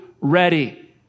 ready